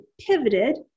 pivoted